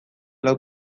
lau